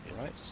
right